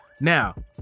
Now